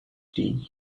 tea